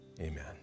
Amen